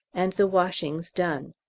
and the washings done,